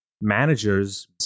managers